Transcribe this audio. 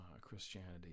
Christianity